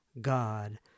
God